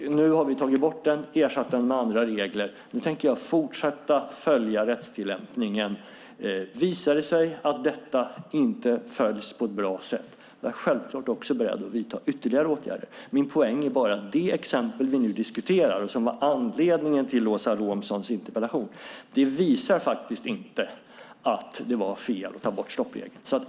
Nu har vi tagit bort den och ersatt den med andra regler. Nu tänker jag fortsätta följa rättstillämpningen. Om det visar sig att detta inte följs på ett bra sätt är jag självklart också beredd att vidta ytterligare åtgärder. Min poäng är bara att det exempel vi nu diskuterar och som var anledningen till Åsa Romsons interpellation faktiskt inte visar att det var fel att ta bort stoppregeln.